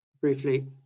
briefly